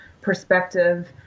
perspective